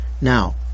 now